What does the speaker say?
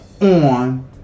on